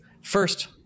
First